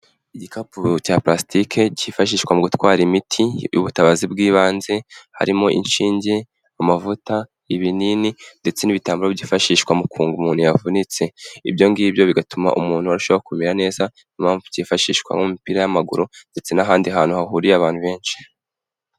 Igikapu cya parasitike cyifashishwa mu gutwara imiti y'ubutabazi bw'ibanze, harimo inshinge, amavuta, ibinini ndetse n'ibitambaro byifashishwa mu kunga umuntu yavunitse. Ibyo ngibyo bigatuma umuntu arushaho kumera neza, niyo mpamvu byifashishwa mu mupira w'amaguru ndetse n'ahandi hantu hahuriye abantu benshi.